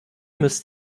müsst